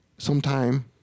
Sometime